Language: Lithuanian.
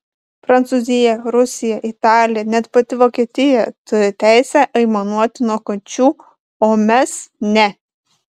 prancūzija rusija italija net pati vokietija turi teisę aimanuoti nuo kančių o mes ne